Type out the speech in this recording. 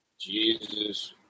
Jesus